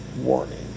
warning